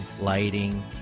lighting